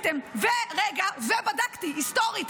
ובדקתי היסטורית,